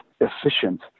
efficient